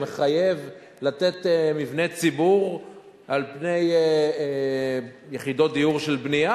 שמחייב לתת מבני ציבור על פני יחידות דיור של בנייה,